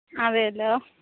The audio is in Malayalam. അതേല്ലോ